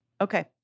Okay